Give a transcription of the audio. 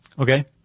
Okay